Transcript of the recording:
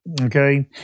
okay